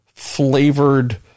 flavored